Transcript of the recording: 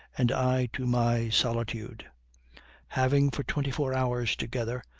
and i to my solitude having, for twenty-four hours together,